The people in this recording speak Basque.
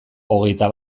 hogeita